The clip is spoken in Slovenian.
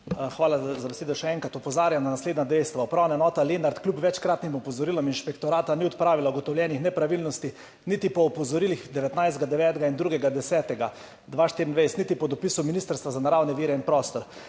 Hvala za besedo. Še enkrat opozarjam na naslednja dejstva – Upravna enota Lenart kljub večkratnim opozorilom inšpektorata ni odpravila ugotovljenih nepravilnosti, niti po opozorilih 19. 9. in 2. 10. 2024 niti po dopisu Ministrstva za naravne vire in prostor.